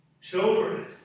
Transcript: Children